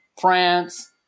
France